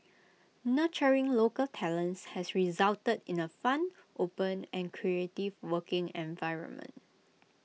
nurturing local talents has resulted in A fun open and creative working environment